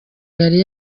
yari